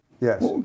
Yes